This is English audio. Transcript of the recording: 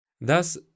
Thus